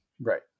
Right